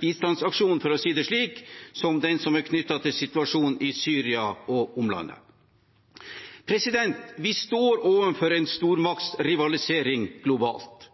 bistandsaksjon, for å si det slik, som den som er knyttet til situasjonen i Syria og omlandet. Vi står overfor en stormaktsrivalisering globalt.